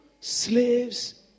slaves